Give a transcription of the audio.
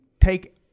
take